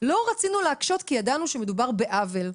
לא רצינו להקשות כי ידענו שמדובר בעוול,